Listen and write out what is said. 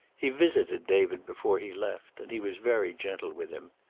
he visited david before he left, and he was very gentle with him.